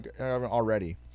already